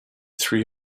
three